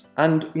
and you